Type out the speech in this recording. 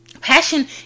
Passion